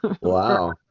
Wow